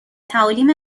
تعالیم